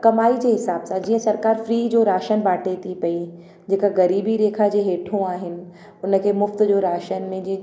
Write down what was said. कमाई जे हिसाब सां जीअं सरकारि फ्री जो राशन बाटे थी पई जेका ग़रीबी रेखा जे हेठो आहिनि उन खे मुफ़्त जो राशन विझी